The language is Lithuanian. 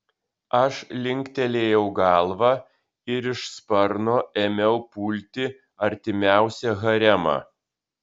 aš linktelėjau galvą ir iš sparno ėmiau pulti artimiausią haremą